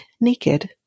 naked